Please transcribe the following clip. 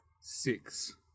six